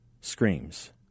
screams